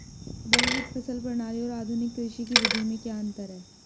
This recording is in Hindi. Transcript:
बहुविध फसल प्रणाली और आधुनिक कृषि की विधि में क्या अंतर है?